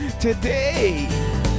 today